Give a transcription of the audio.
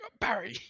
barry